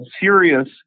serious